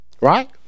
Right